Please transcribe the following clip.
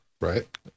right